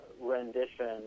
rendition